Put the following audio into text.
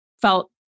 felt